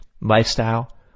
lifestyle